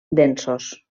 densos